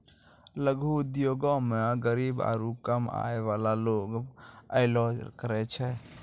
लघु उद्योगो मे गरीब आरु कम आय बाला लोग अयलो करे छै